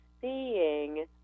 seeing